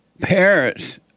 parents